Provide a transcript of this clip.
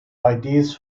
ideas